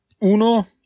Uno